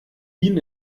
ihn